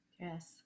Yes